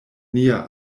nia